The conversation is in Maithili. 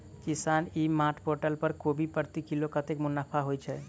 किसान ई मार्ट पोर्टल पर कोबी प्रति किलो कतै मुनाफा होइ छै?